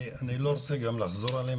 אני לא רוצה גם לחזור עליהם,